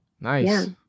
Nice